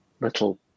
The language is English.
little